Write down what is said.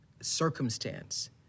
circumstance